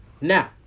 Now